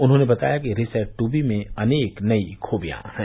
उन्होंने बताया कि रिसैट टूबी में अनेक नई खूबियां हैं